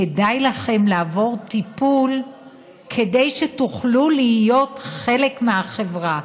כדאי לכם לעבור טיפול כדי שתוכלו להיות חלק מהחברה.